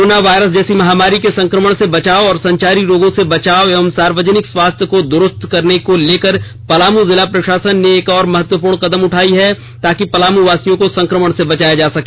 corona virus जैसी महामारी के संक्रमण से बचाव और संचारी रोगों से बचाव एवं सार्वजनिक स्वास्थ्य को दुरूस्त करने को लेकर पलामू जिला प्रशासन ने एक और महत्वपूर्ण कदम उठाई है ताकि पलामू वासियों को संक्रमण से बचाया जा सके